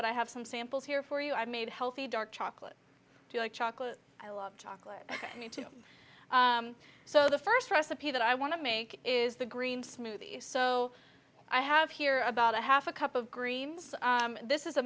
but i have some samples here for you i made healthy dark chocolate chocolate i love chocolate i need to so the first recipe that i want to make is the green smoothie so i have here about a half a cup of greens this is a